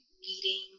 meeting